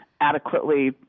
adequately